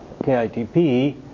KITP